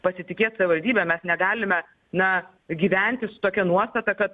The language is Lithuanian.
pasitikėt savivaldybe mes negalime na gyventi su tokia nuostata kad